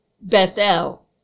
Bethel